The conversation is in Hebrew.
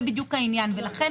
אתם לא מאשרים